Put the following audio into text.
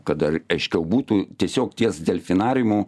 kad dar aiškiau būtų tiesiog ties delfinariumu